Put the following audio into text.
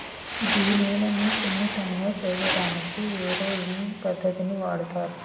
గీ నేలను సున్నితంగా సేయటానికి ఏరోయింగ్ పద్దతిని వాడుతారు